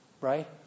right